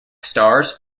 stars